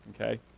Okay